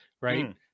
Right